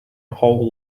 whole